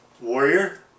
Warrior